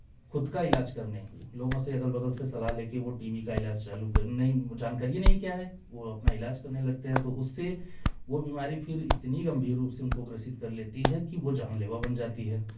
खुद का इलाज करने लोगों से अगल बगल से सलाह ले कर वो टी बी का इलाज चालू करें नहीं जानकारी ये नहीं क्या है वो अपना इलाज करने लगते हैं तो उससे वो बीमारी फिर इतनी गंभीर रूप से उनको ग्रसित कर लेती है कि वो जानलेवा बन जाती है